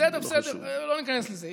בסדר, לא ניכנס לזה.